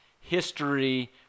history